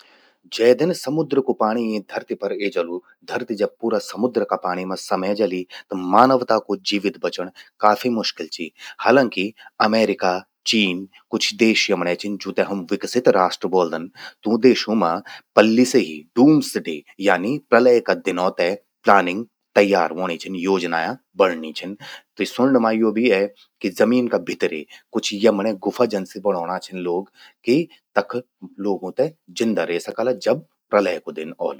जै दिन समुद्र कु पाणी यीं धरती मां ए जलु. धरति जब जब पूरा समिद्र का पाणि मां समै जलि, त मानवता कु जीवित बचण काफी मुश्किल चि। हालांकि, अमेरिका, चीन, कुछ देश यमण्ये छिन जूंते हम विकसित राष्ट्र ब्वोलदन, तूं देशूं मां पल्ये से ही, डूम्स डे यानी प्रलय का दिनौ ते प्लानिंग तैयार व्होंण् छिन, योजना बणणिं छिन, त सुण्ण मां यो भि ए कि जमीन का भितरे, कुछ यमण्ये गुफा जन सि बणौणा छिन लोग, कि तख लोगूं ते तख जिंदा रे सकला, जब प्रलय कु दिन औलु।